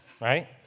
right